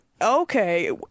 Okay